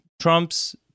Trump's